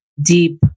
deep